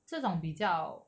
这种比较